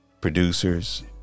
Producers